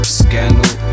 scandal